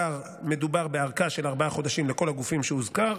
מדובר בארכה של ארבעה חודשים לכל הגופים שהוזכרו.